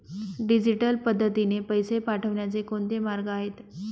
Digital पद्धतीने पैसे पाठवण्याचे कोणते मार्ग आहेत?